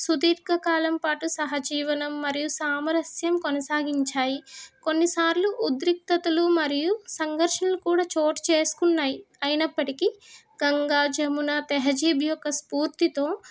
సుదీర్ఘకాలం పాటు సహజీవనం మరియు సామరస్యం కొనసాగించాయి కొన్నిసార్లు ఉద్రిక్తతలు మరియు సంఘర్షణలు కూడా చోటు చేసుకున్నాయి అయినప్పటికీ గంగా జమున తెహజీబ్ యొక్క స్ఫూర్తితో